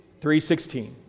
3.16